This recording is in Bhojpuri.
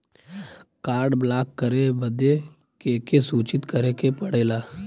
कार्ड ब्लॉक करे बदी के के सूचित करें के पड़ेला?